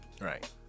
Right